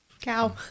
Cow